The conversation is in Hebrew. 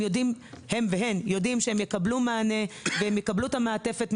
הם והן יודעים שהם יקבלו את המענה ואת המעטפת,